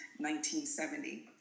1970